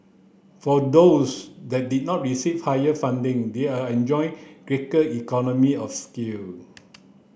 for those that did not receive higher funding they are enjoying greater economy of scale